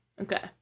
Okay